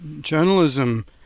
journalism